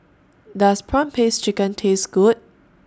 Does Prawn Paste Chicken Taste Good